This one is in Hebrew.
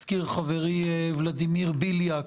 הזכיר חברי ולדימיר בליאק